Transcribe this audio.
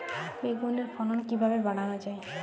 বেগুনের ফলন কিভাবে বাড়ানো যায়?